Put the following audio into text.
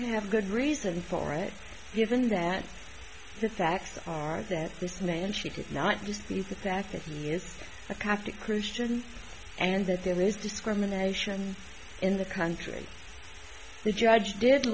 to have good reason for it given that the facts are that this man she did not just eat the fact that he is a coptic christian and that there is discrimination in the country the judge did